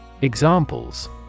Examples